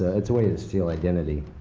ah it's a way to steal identity.